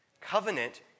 Covenant